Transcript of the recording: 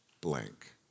blank